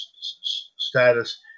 status